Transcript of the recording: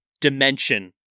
dimension